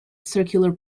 circular